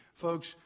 Folks